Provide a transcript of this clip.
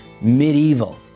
medieval